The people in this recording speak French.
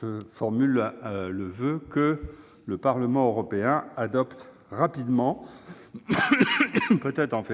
Je forme le voeu que le Parlement européen adopte rapidement, peut-être ce